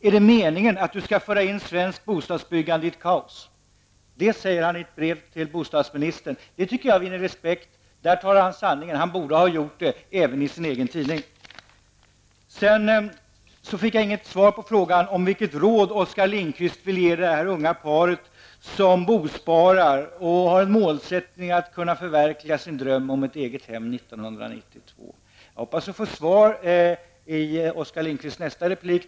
Är det meningen att du skall föra in svenskt bostadsbyggande i ett kaos?'' Dessa frågor tycker jag vinner respekt. I detta brev säger Curt Wrigfors sanningen. Det borde han ha gjort också i sin egen tidning. Jag fick inget svar på min fråga om vilket råd Oskar Lindkvist vill ge det unga paret som bosparar och vill förverkliga sin dröm om ett eget hem 1992. Jag hoppas få detta svar i Oskar Lindkvists nästa replik.